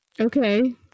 Okay